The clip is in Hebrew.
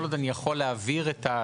כל עוד אני יכול להעביר אותו,